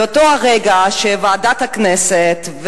מאותו הרגע שוועדת הכנסת,